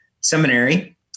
seminary